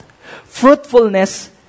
Fruitfulness